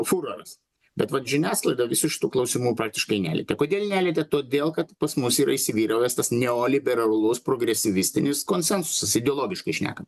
fūros bet vat žiniasklaida visų šitų klausimų praktiškai nelietė kodėl nelietė todėl kad pas mus yra įsivyravęs tas neoliberalus progresyvistinis konsensusas ideologiškai šnekam